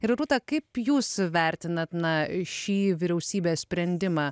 ir rūta kaip jūs vertinat na šį vyriausybės sprendimą